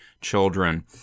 children